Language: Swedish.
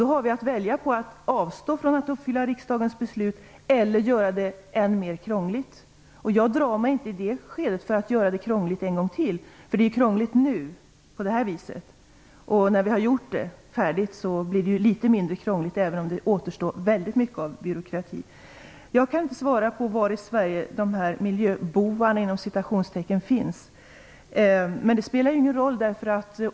Då har vi att välja på att avstå från att uppfylla riksdagens beslut eller att göra det än mer krångligt. Jag drar mig inte i det skedet för att göra det krångligt en gång till. Det är krångligt nu, och när vi har gjort det färdigt blir det litet mindre krångligt, även om det återstår väldigt mycket av byråkrati. Jag kan inte svara på var i Sverige "miljöbovarna" finns. Men det spelar ingen roll.